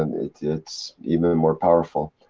and it. it's even and more powerful.